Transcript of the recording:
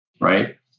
right